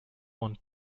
one